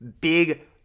big